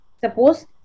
Suppose